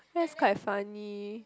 that's quite funny